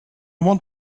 want